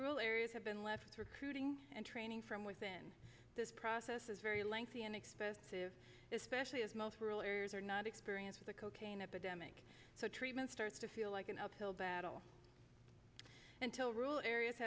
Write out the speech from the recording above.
rule areas have been left recruiting and training from within this process is very lengthy and expensive especially as most rural areas are not experiencing the cocaine epidemic so treatment starts to feel like an uphill battle until rule areas